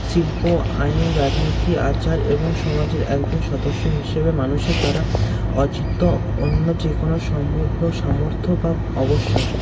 শিল্প আইন রাজনীতি আচার এবং সমাজের একজন সদস্য হিসেবে মানুষের দ্বারা অচেত অন্য যে কোন সম্ভাব্য সামর্থ্য বা অবিশ্বাস